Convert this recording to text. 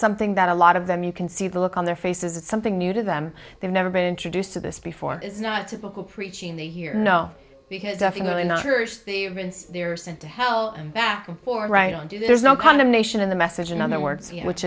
something that a lot of them you can see the look on their faces it's something new to them they've never been introduced to this before is not typical preaching they hear no because definitely not nourish the rinse they're sent to hell and back and forth right on to there's no condemnation of the message in other words which